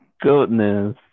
goodness